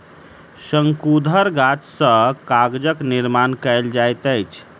शंकुधर गाछ सॅ कागजक निर्माण कयल जाइत अछि